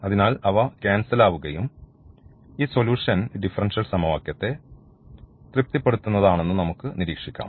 അതിനാൽ അവ ക്യാൻസൽ ആവുകയും ഈ സൊല്യൂഷൻ ഈ ഡിഫറൻഷ്യൽ സമവാക്യത്തെ തൃപ്തിപ്പെടുത്തുന്നതാണെന്നും നമുക്ക് നിരീക്ഷിക്കാം